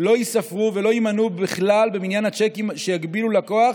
לא ייספרו ולא יימנו בכלל במניין הצ'קים שיגבילו לקוח